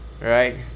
Right